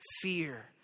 fear